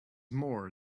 more